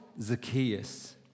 Zacchaeus